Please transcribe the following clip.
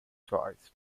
twice